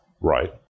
right